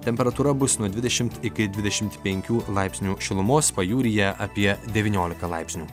temperatūra bus nuo dvidešim iki dvidešim penkių laipsnių šilumos pajūryje apie devyniolika laipsnių